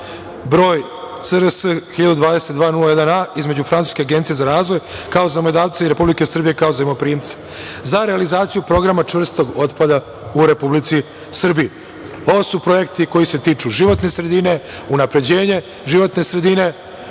broj CRS 1022 01 A između Francuske agencije za razvoj, kao Zajmodavca i Republike Srbije, kao Zajmoprimca za realizaciju Programa čvrstog otpada u Republici Srbiji. Ovo su projekti koji se tiču životne sredine, unapređenje životne sredine.